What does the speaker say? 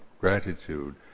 gratitude